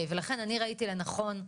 ולכן אני ראיתי לנכון,